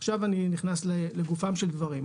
עכשיו אני נכנס לגופם של דברים.